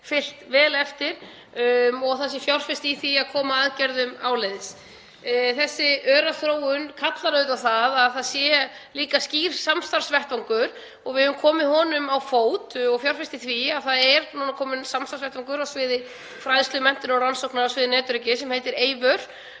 fylgt vel eftir og að það sé fjárfest í því að koma aðgerðum áleiðis. Þessi öra þróun kallar auðvitað á að það sé líka skýr samstarfsvettvangur og við höfum komið honum á fót og fjárfest í því. Það er núna kominn samstarfsvettvangur fræðslu, menntunar og rannsókna á sviði netöryggis sem heitir Eyvör